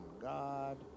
God